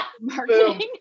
marketing